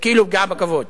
זה כאילו פגיעה בכבוד.